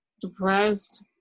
depressed